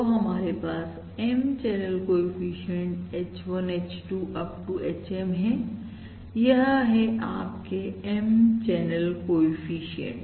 तो हमारे पास M channel coefficient H1 H2 up to HM हैयह है आपके M चैनल कोएफिशिएंट